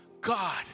God